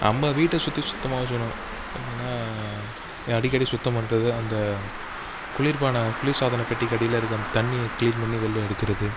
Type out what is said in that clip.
நம்ம வீட்டை சுற்றி சுத்தமாக வச்சுக்கணும் அப்படி இல்லைனா அடிக்கடி சுத்தம் பண்றது அந்த குளிர்பான குளிர்சாதன பெட்டிக்கு அடியில் இருக்கிற அந்த தண்ணியை க்ளீன் பண்ணி வெளியில் எடுக்கிறது